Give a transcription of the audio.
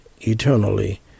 eternally